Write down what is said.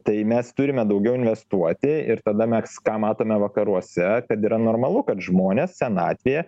tai mes turime daugiau investuoti ir tada mes ką matome vakaruose kad yra normalu kad žmonės senatvėje